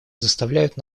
заставляют